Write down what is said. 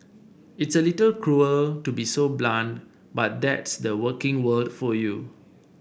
it's a little cruel to be so blunt but that's the working world for you